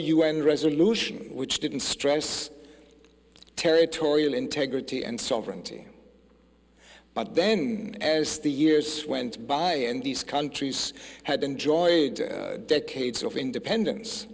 un resolution which didn't stress territorial integrity and sovereignty but then as the years went by and these countries had enjoyed decades of independence